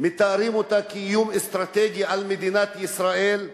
מתארים אותה כאיום אסטרטגי על מדינת ישראל,